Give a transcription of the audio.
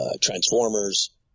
Transformers